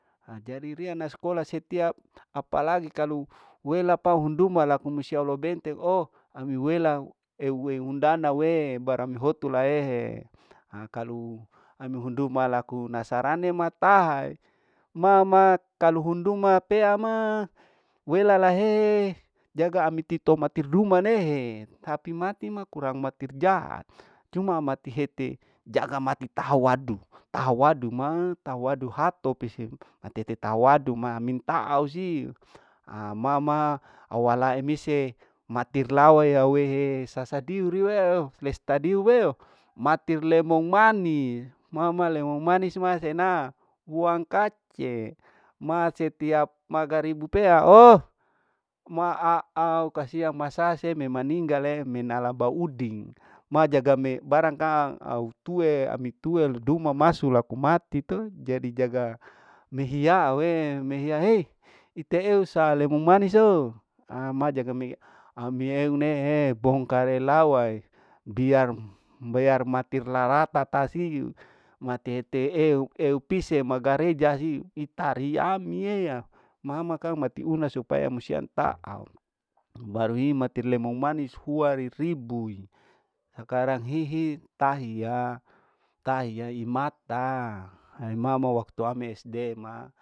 Ha jadi ria na skola setiap apalagi kalau wela pau hunduma laku musia lou bentengo ami welau ewe undana we baru ami hotulaehe ha kalu ami hunduma laku nasarane ma tahae, mama kalau hunduma pea ma wela la he jaga amir tito mati duma nehe tapi matir makurang matir jahat cuma mati hete jaga mati taha waddu, taha wadu ma taha wadu hato pisim mati tita waddu ma min taa au siu, a mama awalae misie matir lawa yawehe sasadiwu riuweo stadiu weo matir lemong manis mama lemong manis ma sena buang kace ma setiap magaribu pea o'ma aau kasiang masa seme maninggale menala bauding ma jaga me barang ka au tuwe ami tuwe duma maso laku mati to jadi jaga mehiyaau ee mehiya e eteeu sa lemong maniso sama jaga eu ami eu nehe e kong kare lawa ebiar biar matir larata tasiu mati ete eu eu pise magareja siu itari ami ea mama kan mati una supaya musian ta au bari matir lemong manis huari ribui sakarang hihi tahiya tahiya imataa imamau waktu ami sd ma.